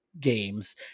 games